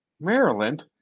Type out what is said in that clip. Maryland